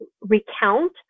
recount